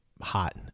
hot